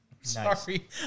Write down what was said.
Sorry